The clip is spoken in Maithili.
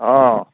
हँ